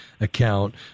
account